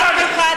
אמרה לי.